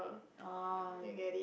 orh